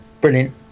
brilliant